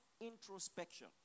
introspection